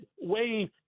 wave